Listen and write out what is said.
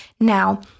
Now